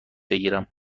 بگیرم